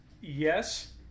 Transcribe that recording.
Yes